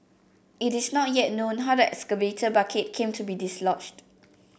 it is not yet known how the excavator bucket came to be dislodged